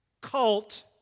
cult